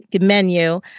menu